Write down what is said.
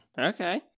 Okay